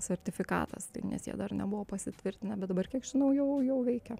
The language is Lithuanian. sertifikatas tai nes jie dar nebuvo pasitvirtinę bet dabar kiek žinau jau jau veikia